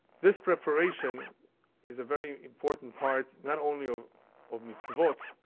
this preparation is a very important part, not only of of mitzvot,